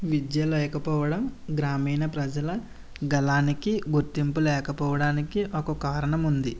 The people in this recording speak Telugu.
విద్య లేకపోవడం గ్రామీణ ప్రజల గళానికి గుర్తింపు లేకపోవడానికి ఒక కారణం ఉంది